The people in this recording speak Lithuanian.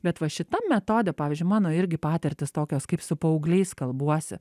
bet va šitam metode pavyzdžiui mano irgi patirtys tokios kaip su paaugliais kalbuosi